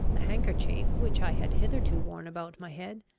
the handkerchief, which i had hitherto worn about my head,